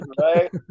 right